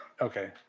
okay